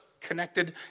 connected